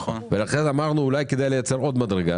לכן אמרנו שאולי כדאי לייצר עוד מדרגה